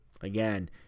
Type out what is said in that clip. again